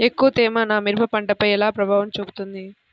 ఎక్కువ తేమ నా మిరప పంటపై ఎలా ప్రభావం చూపుతుంది?